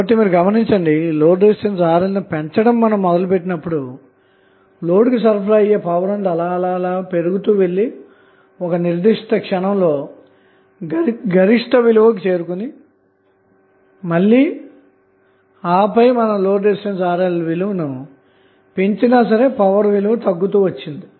కాబట్టి మీరు గమనిస్తే RL ను పెంచడం మొదలుపెట్టినప్పుడు లోడ్కు సరఫరా అయ్యే పవర్ అలాపెరుగుతూ వెళ్లిఒకనిర్దిష్ట క్షణంలో గరిష్టానికి చేరుకొని మళ్లీ ఆ పై RLవిలువ పెంచినా సరే పవర్ విలువ తగ్గుతుంది